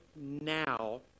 now